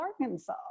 Arkansas